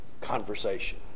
conversation